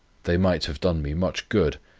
they might have done me much good